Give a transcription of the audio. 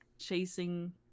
chasing